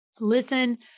Listen